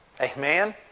Amen